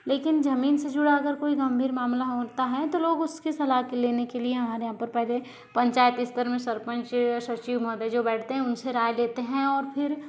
लेकिन जमीन से जुड़ा अगर कोई गंभीर मामला होता है तो लोग उसके सलाह के लेने के लिए हमारे यहाँ पर पहले पंचायत स्तर में सरपंच सचिव महोदय जो बैठते हैं उन से राय लेते है और फिर